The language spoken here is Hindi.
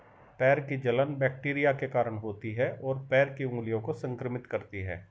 पैर की जलन बैक्टीरिया के कारण होती है, और पैर की उंगलियों को संक्रमित करती है